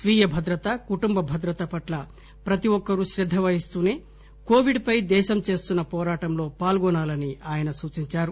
స్వీయ భద్రత కుటుంబ భద్రత పట్ల ప్రతి ఒక్కరూ శ్రద్ద వహిస్తూనే కోవిడ్ పై దేశం చేస్తున్న వోరాటంలో ప్రజలు పాల్గొనాలని ఆయన సూచించారు